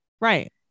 Right